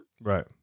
Right